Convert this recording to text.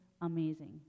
amazing